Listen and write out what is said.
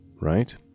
right